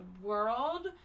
world